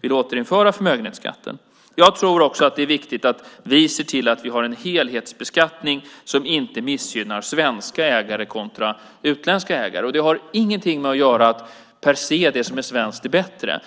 vill återinföra förmögenhetsskatten. Jag tror också att det är viktigt att vi ser till att vi har en helhetsbeskattning som inte missgynnar svenska ägare kontra utländska ägare. Det har ingenting att göra med att det som är svenskt per se är bättre.